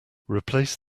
replace